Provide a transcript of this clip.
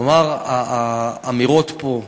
כלומר, האמירות שנאמרו פה,